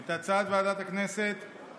את הצעת ועדת הכנסת